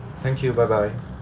thank you bye bye